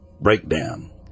Breakdown